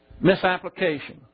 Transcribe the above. misapplication